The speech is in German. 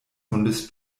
hundes